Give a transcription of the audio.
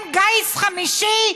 הם גיס חמישי?